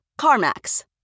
Carmax